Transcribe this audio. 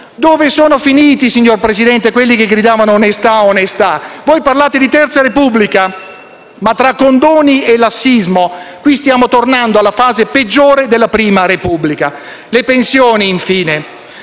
Dove sono finiti, signor Presidente, quelli che gridavano «onesta, onestà»? Voi parlate di terza Repubblica, ma tra condoni e lassismo qui stiamo tornando alla fase peggiore della prima Repubblica. Le pensioni, infine: